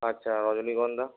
আচ্ছা রজনীগন্ধা